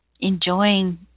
enjoying